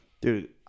Dude